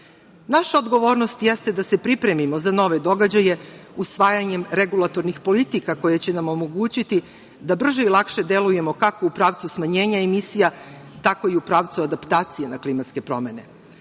odgovornost jeste da se pripremimo za nove događaje usvajanjem regulatornih politika koje će nam omogućiti da brže i lakše delujemo kako u pravcu smanjenja emisija, tako i u pravcu adaptacije na klimatske promene.